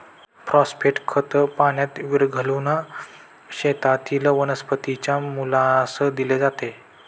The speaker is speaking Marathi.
फॉस्फेट खत पाण्यात विरघळवून शेतातील वनस्पतीच्या मुळास दिले जाते